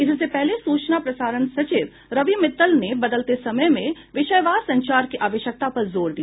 इससे पहले सूचना प्रसारण सचिव रवि मित्तल ने बदलते समय में विषयवार संचार की आवश्यकता पर जोर दिया